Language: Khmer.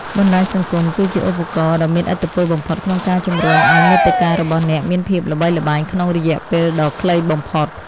បណ្តាញសង្គមគឺជាឧបករណ៍ដ៏មានឥទ្ធិពលបំផុតក្នុងការជំរុញឱ្យមាតិការបស់អ្នកមានភាពល្បីល្បាញក្នុងរយៈពេលដ៏ខ្លីបំផុត។